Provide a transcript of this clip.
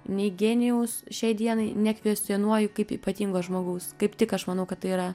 nei genijaus šiai dienai nekvestionuoju kaip ypatingo žmogaus kaip tik aš manau kad tai yra